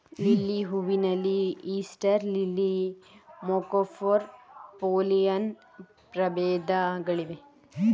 lily ಹೂವಿನಲ್ಲಿ Easter lily, Marco Polo, Pollyanna ಪ್ರಭೇದಗಳಿವೆ